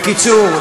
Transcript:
בקיצור,